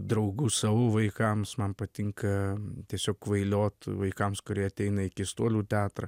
draugu savo vaikams man patinka tiesiog kvailiot vaikams kurie ateina į keistuolių teatrą